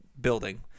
building